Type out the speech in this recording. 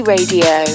Radio